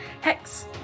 Hex